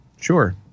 sure